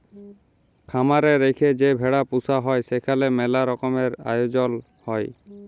খামার এ রেখে যে ভেড়া পুসা হ্যয় সেখালে ম্যালা রকমের আয়জল হ্য়য়